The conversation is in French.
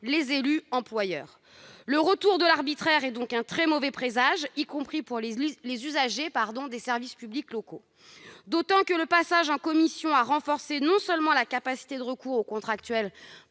les élus employeurs. Le retour de l'arbitraire est donc un très mauvais présage, y compris pour les usagers des services publics locaux, d'autant que le passage du texte en commission a renforcé non seulement la capacité de recours aux contractuels